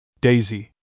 Daisy